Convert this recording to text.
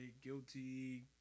guilty